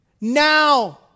now